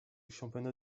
championnat